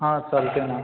हां चालते ना